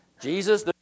Jesus